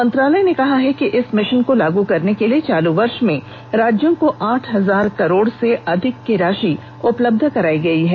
मंत्रालय ने कहा है कि इस मिशन को लागू करने के लिए चालू वर्ष में राज्यों को आठ हजार करोड़ से अधिक की राशि उपलब्ध करायी गयी है